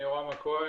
אני יורם הכהן,